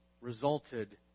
resulted